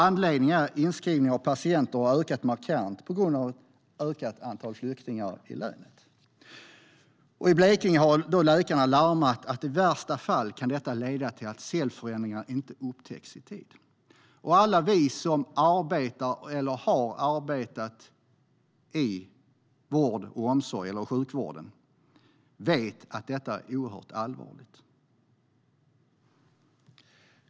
Anledningen är att antalet inskrivna patienter har ökat markant på grund av ett ökat antal flyktingar i länet. I Blekinge har läkarna larmat om att detta i värsta fall kan leda till att cellförändringar inte upptäcks i tid. Alla vi som arbetar eller som har arbetat inom sjukvård och omsorg vet att detta är mycket allvarligt.